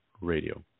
radio